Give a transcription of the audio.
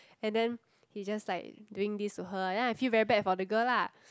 and then he just like doing this to her and then I feel very bad for the girl lah